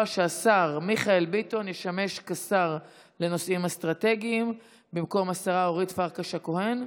שהשר מיכאל ביטון ישמש שר לנושאים אסטרטגיים במקום השרה אורית פרקש הכהן,